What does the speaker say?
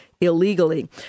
illegally